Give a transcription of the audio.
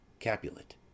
Capulet